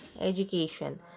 education